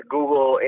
Google